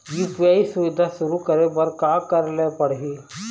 UPI सुविधा शुरू करे बर का करे ले पड़ही?